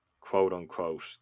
quote-unquote